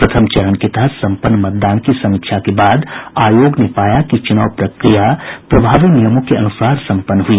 प्रथम चरण के तहत संपन्न मतदान की समीक्षा के बाद आयोग ने पाया कि चुनाव प्रक्रिया प्रभावी नियमों के अनुसार संपन्न हुई